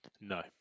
No